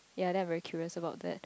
ya then I'm very curious about that